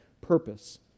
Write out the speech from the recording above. purpose